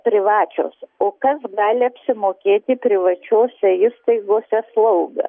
privačios o kas gali apsimokėti privačiose įstaigose slaugą